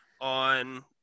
on